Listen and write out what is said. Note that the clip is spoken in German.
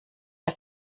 der